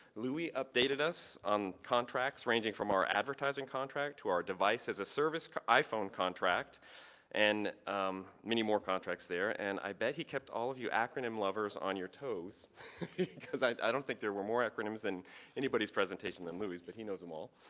louie updateed us on contracts rangeing from our advertiseing contract to our devise as iphone contract and many more contracts there and i bet he kept all of you acronym lovers on your toes because i don't think there were more acronyms on and anybody's presentation than louie's but he knows them all.